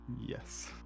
Yes